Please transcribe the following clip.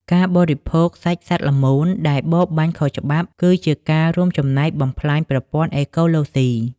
ការបរិភោគសាច់សត្វល្មូនដែលបរបាញ់ខុសច្បាប់ គឺជាការរួមចំណែកបំផ្លាញប្រព័ន្ធអេកូឡូស៊ី។